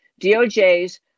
DOJ's